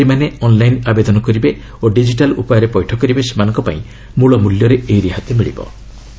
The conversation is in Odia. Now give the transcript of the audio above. ଯେଉଁ ନିବେଶକାରୀମାନେ ଅନ୍ଲାଇନ୍ ଆବେଦନ କରିବେ ଓ ଡିକିଟାଲ୍ ଉପାୟରେ ପୈଠ କରିବେ ସେମାନଙ୍କ ପାଇଁ ମୂଳ ମଲ୍ୟରେ ଏହି ରିହାତି ମିଳିବ